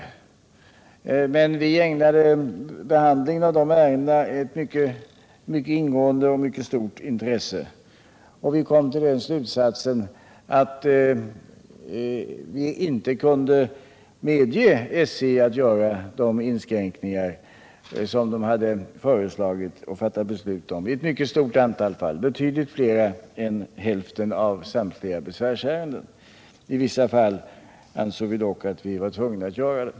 Vi ägnade behandlingen av dessa ärenden ett mycket ingående och stort intresse. Vi kom till slutsatsen att vi i betydligt över hälften av dessa fall inte kunde medge SJ att göra de inskränkningar som man hade fattat beslut om. I vissa andra fall ansåg vi dock att vi var tvungna att medge SJ att företa de aktuella inskränkningarna.